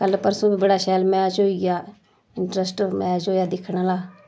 कल परसूं बी बड़ा शैल मैच होई गेआ इंट्रस्टड मैच होएआ दिक्खने आह्ला